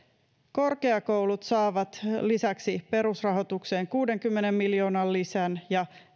korkeakoulut saavat lisäksi perusrahoitukseen kuudenkymmenen miljoonan lisän ja